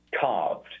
carved